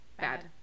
bad